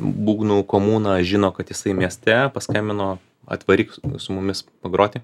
būgnų komuna žino kad jisai mieste paskambino atvaryk su mumis pagroti